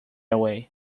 away